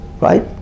right